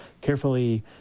carefully